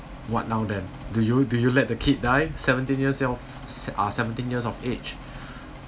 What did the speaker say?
what now then do you do you let the kid die seventeen years~ uh seventeen years of age